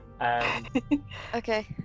Okay